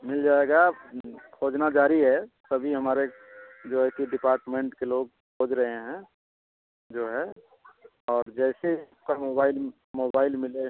मिल जाएगा खोजना जारी है सभी हमारे जो है कि डिपार्टमेंट के लोग खोज रहे हैं जो है और जैसे आपका मोबाइल मोबाइल मिले